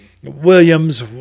Williams